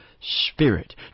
spirit